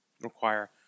require